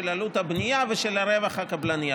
של עלות הבנייה ושל הרווח הקבלני.